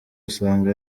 usanga